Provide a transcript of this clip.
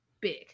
big